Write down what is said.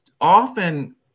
often